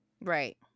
right